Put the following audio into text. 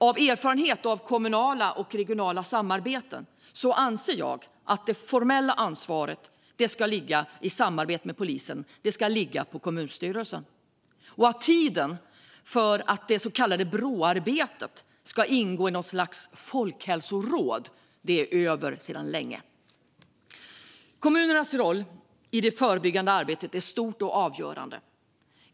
Av erfarenhet från kommunala och regionala samarbeten anser jag att det formella ansvaret i samarbetet med polisen ska ligga på kommunstyrelsen. Tiden för att det så kallade Bråarbetet ska ingå i något slags folkhälsoråd är över sedan länge. Kommunernas roll i det förebyggande arbetet är stor och avgörande.